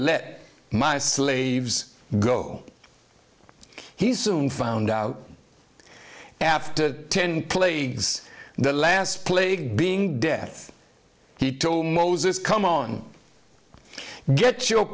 let my slaves go he soon found out after the ten plagues the last plague being death he told moses come on get